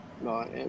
No